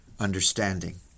understanding